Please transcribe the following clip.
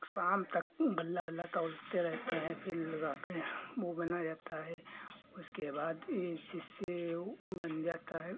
शाम तक गल्ला उल्ला तौलते रहते हैं फिर ले जाके वो बना रहता है उसके बाद ये उसी से बन जाता है